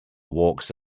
walks